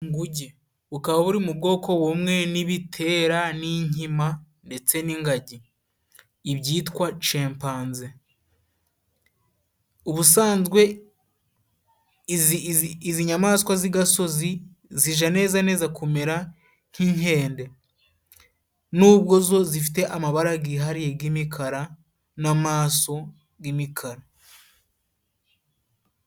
Inguge bukaba buri mu bwoko bumwe n'ibitera n'inkima ndetse n'ingagi ibyitwa cempanze. Ubusanzwe izi nyamaswa z'igasozi zija neza neza kumera nk'inkende, n'ubwo zo zifite amabara gihariye g'imikara n'amaso g'imikara.